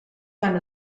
van